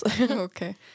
Okay